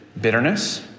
bitterness